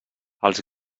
els